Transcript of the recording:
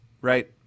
right